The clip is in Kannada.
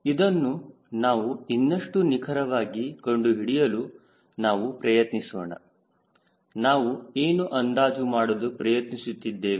ಇದನ್ನು ನಾವು ಇನ್ನಷ್ಟು ನಿಖರವಾಗಿ ಕಂಡುಹಿಡಿಯಲು ನಾವು ಪ್ರಯತ್ನಿಸೋಣ ನಾವು ಏನು ಅಂದಾಜು ಮಾಡಲು ಪ್ರಯತ್ನಿಸುತ್ತಿದ್ದೇವೆ